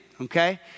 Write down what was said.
Okay